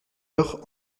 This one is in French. heure